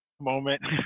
moment